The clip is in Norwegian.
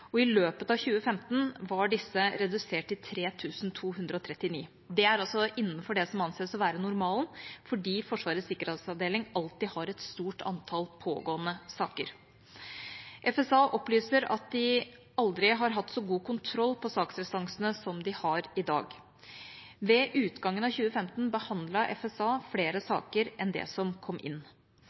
og i løpet av 2015 var disse redusert til 3 239. Det er også innenfor det som anses å være normalen, fordi Forsvarets sikkerhetsavdeling alltid har et stort antall pågående saker. FSA opplyser at de aldri har hatt så god kontroll på saksrestansene som de har i dag. Ved utgangen av 2015 behandlet FSA flere saker enn det som kom inn.